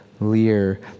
Lear